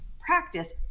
practice